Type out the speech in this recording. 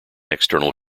external